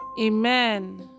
amen